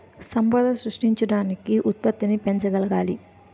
సంపద సృష్టించడానికి ఉత్పత్తిని పెంచగలగాలి